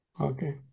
Okay